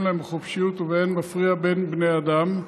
להם בחופשיות ובאין מפריע בין בני האדם.